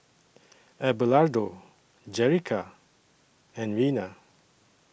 Abelardo Jerrica and Reina